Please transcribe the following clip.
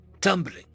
tumbling